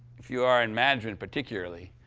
if you are in management particularly,